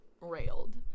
railed